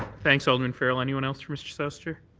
thanks, arnoldman farrell. anyone else from mr. souster?